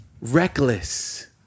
reckless